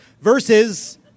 versus